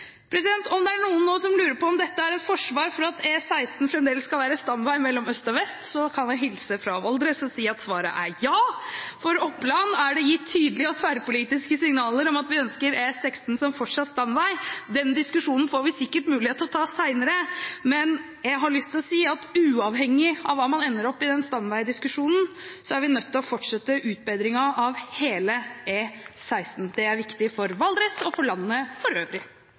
Om det er noen nå som lurer på om dette er et forsvar for at E16 fremdeles skal være stamvei mellom øst og vest, kan jeg hilse fra Valdres og si at svaret er ja. I Oppland er det gitt tydelige og tverrpolitiske signaler om at vi fortsatt ønsker E16 som stamvei. Den diskusjonen får vi sikkert mulighet til å ta senere, men jeg har lyst til å si at uavhengig av hva man ender med i stamveidiskusjonen, er vi nødt til å fortsette utbedringen av hele E16. Det er viktig for Valdres og for landet for øvrig.